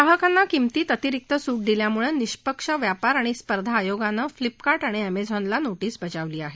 ग्राहकांना किमर्तीमध्ये अतिरिक्त सूट दिल्यामुळे निष्पक्ष व्यापार आणि स्पर्धा आयोगानं फ्लिपकार्ट आणि अमेझॉनला नोटीस बजावली आहे